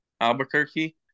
Albuquerque